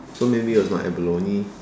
so maybe it was not abalone